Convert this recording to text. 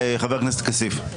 בבקשה, חבר הכנסת כסיף.